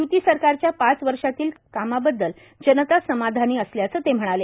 युती सरकारच्या पाच वर्षातल्या कामाबद्दल जनता समाधानी असल्याचं ते म्हणाले